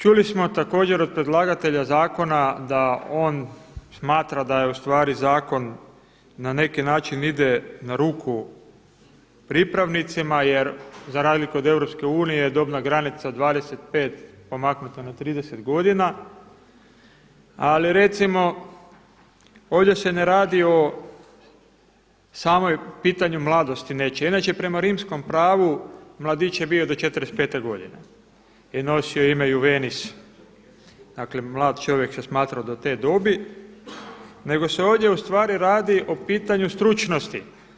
Čuli smo također od predlagatelja zakona da on smatra da zakon ide na neki način na ruku pripravnicima jer za razliku od EU dobna granica sa 25 pomaknuta na 30 godina, ali recimo ovdje se ne radi o samo o pitanju mladosti nečije, inače prema rimskom pravu mladić je bio do 45 godine i nosio je ime iuvenis, dakle mlad čovjek se smatrao do te dobi, nego se ovdje ustvari radi o pitanju stručnosti.